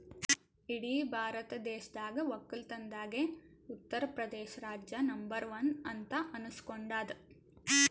ಇಡೀ ಭಾರತ ದೇಶದಾಗ್ ವಕ್ಕಲತನ್ದಾಗೆ ಉತ್ತರ್ ಪ್ರದೇಶ್ ರಾಜ್ಯ ನಂಬರ್ ಒನ್ ಅಂತ್ ಅನಸ್ಕೊಂಡಾದ್